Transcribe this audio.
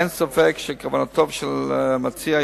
אין ספק שכוונותיו של המציע,